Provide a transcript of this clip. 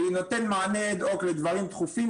שנותן מענה לדברים דחופים.